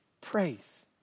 praise